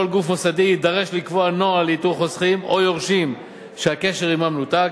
כל גוף מוסדי יידרש לקבוע נוהל לאיתור חוסכים או יורשים שהקשר עמם נותק,